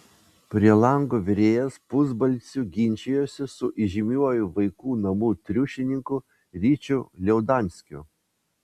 prie lango virėjas pusbalsiu ginčijosi su įžymiuoju vaikų namų triušininku ryčiu liaudanskiu